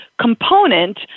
component